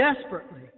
desperately